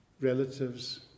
relatives